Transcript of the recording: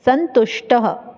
सन्तुष्टः